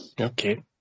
Okay